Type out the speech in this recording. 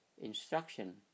instruction